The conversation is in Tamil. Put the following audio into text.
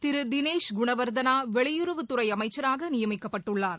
தினேஷ் குணவர்த்தனா வெளியுறவுத்துறை அமைச்சராக நியமிக்கப்பட்டுள்ளார்